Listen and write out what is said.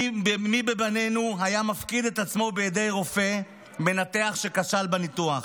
מי בינינו היה מפקיד את עצמו בידי רופא מנתח שכשל בניתוח?